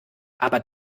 aber